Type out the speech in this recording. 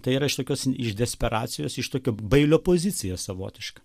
tai yra iš tokios iš desperacijos iš tokio bailio pozicija savotiška